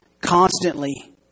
constantly